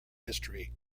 history